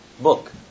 book